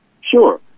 Sure